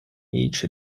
each